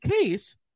case